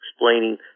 explaining